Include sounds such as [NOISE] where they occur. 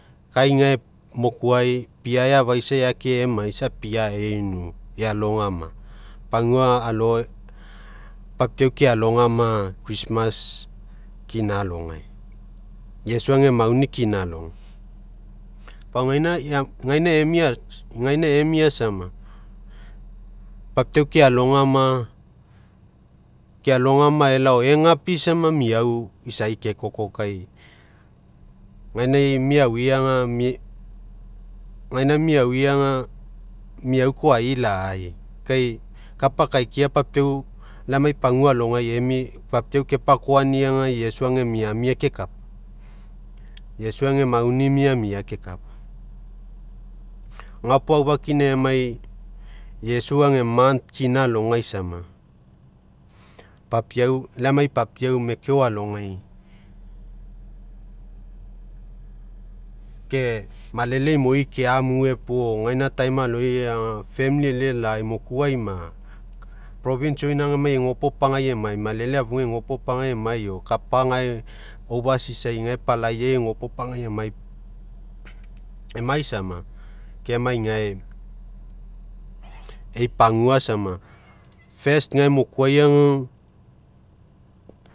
Kai gae mokuai bia efafaisa eakemai isa bia einu ealogama. Pagua alo papiau kealogama, [UNINTELLIGIBLE] kina alogai iesu ega mauni kina alogai. [HESITATION] pau egaina emia sama papiau kea logama kealogama elao egapi sama miau isai kekoko kai. gaina miaui aga [HESITATION] egaina miaui aga miau koai lai, kai kapa akia papiau lai emai pagua alogai [HESITATION] papiau kepakoania ga, iesu ega miamia kekapa. Iesu mauni miamia kekapa. Gapuo aufakina emai, iesu ega [UNINTELLIGIBLE] kina alogai sama, papiau, lai emai papiau mekeo alogai ke malele imoi, keamue puo gaina [UNINTELLIGIBLE] aloiai aga [UNINTELLIGIBLE] elelai, mokuai ma, [UNINTELLIGIBLE] ioina ma egapopagai emai, malele afugai egopopagai emai o kapa gai [UNINTELLIGIBLE] gae palaiai egopopagai emai, emai sama kemai gae, ei pagua sama [UNINTELLIGIBLE] gai mokuaiga.